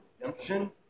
redemption